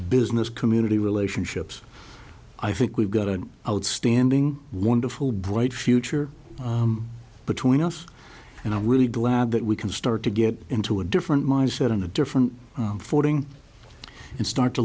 business community relationships i think we've got an outstanding wonderful bright future between us and i'm really glad that we can start to get into a different mindset and a different footing and start to